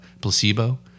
placebo